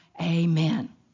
Amen